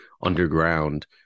underground